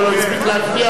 אבל לא הספיק להצביע.